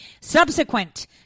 Subsequent